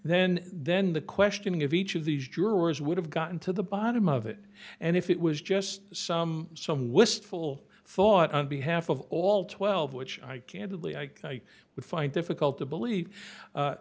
then then the questioning of each of these jurors would have gotten to the bottom of it and if it was just some some wistful thought on behalf of all twelve which i candidly i would find difficult to believe